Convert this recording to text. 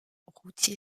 routier